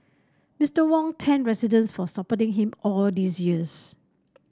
Mister Wong thanked residents for supporting him all these years